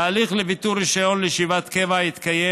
ההליך לביטול רישיון לישיבת קבע יתקיים